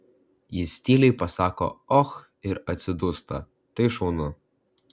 jis tyliai pasako och ir atsidūsta tai šaunu